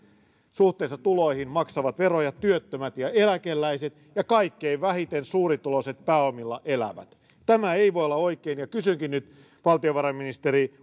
suhteessa tuloihin veroja maksavat työttömät ja eläkeläiset ja kaikkein vähiten suurituloiset pääomilla elävät tämä ei voi olla oikein ja kysynkin nyt valtiovarainministeri